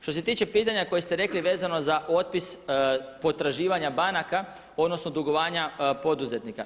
Što se tiče pitanja koje ste rekli vezano za otpis potraživanja banaka, odnosno dugovanja poduzetnika.